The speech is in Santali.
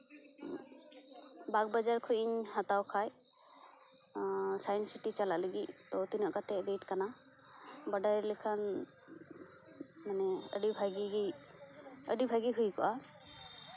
ᱵᱟᱜᱽ ᱵᱟᱡᱟᱨ ᱠᱷᱚᱡ ᱤᱧ ᱦᱟᱛᱟᱣ ᱠᱷᱟᱡ ᱥᱟᱭᱮᱱᱥ ᱥᱤᱴᱤ ᱪᱟᱞᱟᱜ ᱞᱟᱹᱜᱤᱫ ᱛᱤᱱᱟᱹᱜ ᱠᱟᱛᱮ ᱨᱮᱴ ᱠᱟᱱᱟ ᱢᱟᱱᱮ ᱵᱟᱰᱟᱭ ᱞᱮᱠᱷᱟᱱ ᱟᱹᱰᱤ ᱵᱷᱟᱜᱮ ᱜᱮ ᱢᱟᱱᱮ ᱟᱹᱰᱤ ᱵᱷᱟᱜᱮ ᱦᱩᱭ ᱠᱚᱜᱼᱟ